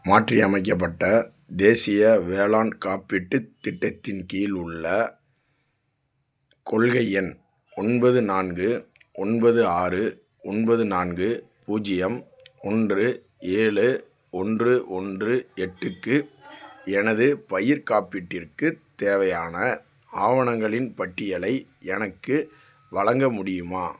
மாற்றியமைக்கப்பட்ட தேசிய வேளாண் காப்பீட்டுத் திட்டத்தின் கீழ் உள்ள கொள்கை எண் ஒன்பது நான்கு ஒன்பது ஆறு ஒன்பது நான்கு பூஜ்ஜியம் ஒன்று ஏழு ஒன்று ஒன்று எட்டுக்கு எனது பயிர்க் காப்பீட்டிற்குத் தேவையான ஆவணங்களின் பட்டியலை எனக்கு வழங்க முடியுமா